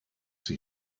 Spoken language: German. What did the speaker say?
sie